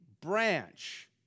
branch